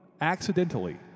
Accidentally